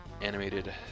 animated